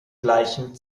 gleichem